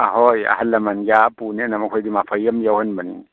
ꯑꯍꯣꯏ ꯑꯍꯜ ꯂꯃꯟꯒꯤ ꯑꯥ ꯄꯨꯅꯦꯅ ꯃꯐꯩ ꯑꯃ ꯌꯥꯎꯍꯟꯕꯅꯤ